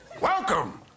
Welcome